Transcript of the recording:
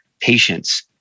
patients